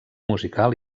musical